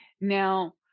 Now